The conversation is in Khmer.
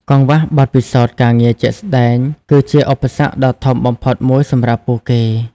កង្វះបទពិសោធន៍ការងារជាក់ស្តែង គឺជាឧបសគ្គដ៏ធំបំផុតមួយសម្រាប់ពួកគេ។